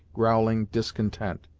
growling discontent,